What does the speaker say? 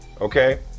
Okay